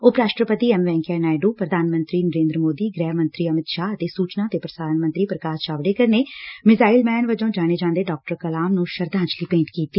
ਉਪ ਰਾਸ਼ਟਰਪਤੀ ਐਮ ਵੈਕਈਆ ਨਾਇਡੁ ਪ੍ਰਧਾਨ ਮੰਤਰੀ ਨਰੇਂਦਰ ਮੋਦੀ ਗ੍ਰਹਿ ਮੰਤਰੀ ਅਮਿਤ ਸ਼ਾਹ ਅਤੇ ਸੁਚਨਾ ਅਤੇ ਪੁਸਾਰਣ ਮੰਤਰੀ ਪੁਕਾਸ਼ ਜਾਵੜੇਕਰ ਨੇ ਮਿਜ਼ਾਇਲ ਮੈਨ ਵਜੋ ਜਾਣੇ ਜਾਂਦੇ ਡਾ ਕਲਾਮ ਨੰ ਸ਼ਰਧਾਜਲੀ ਭੇਟ ਕੀਤੀ